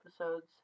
episodes